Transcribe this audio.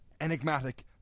Enigmatic